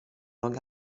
long